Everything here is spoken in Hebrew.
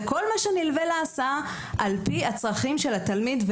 וכל מה שנלווה להסעה על-פי הצרכים של התלמיד,